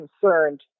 concerned